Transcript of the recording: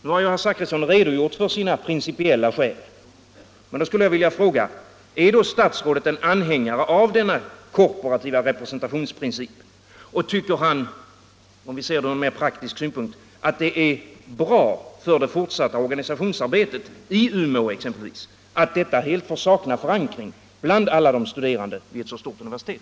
Nu har herr Zachrisson redogjort för sina principiella skäl, och jag skulle då vilja fråga: Är statsrådet anhängare av denna korporativa representationsprincip och tycker han — om vi ser det från en mer praktisk synpunkt — att det fortsatta organisationsarbetet exempelvis i Umeå helt får sakna förankring bland alla studerande vid ett så stort universitet?